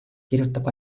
kirjutab